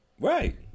Right